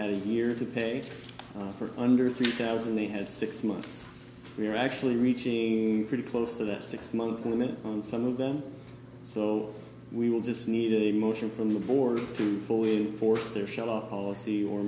had a year to pay for under three thousand they had six months we were actually reaching pretty close to the six month limit on some of them so we will just need to move in from the board to full force to shallow policy or